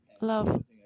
love